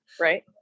Right